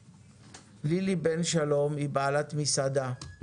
לילי בן שלום היא בעלת מסעדה,